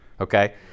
okay